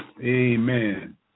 Amen